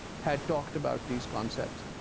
had talked about these concepts.